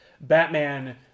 Batman